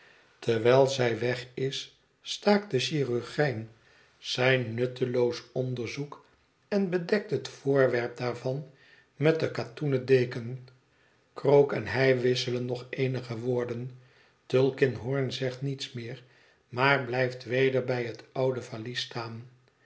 terwijl zij weg is staakt de chirurgijn zijn nutteloos onderzoek en bedekt het voorwerp daarvan met de katoenen deken krook en hij wisselen nog eenige woorden tulkinghorn zegt niets meer maar blijft weder bij het oude valies staan